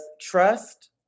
trust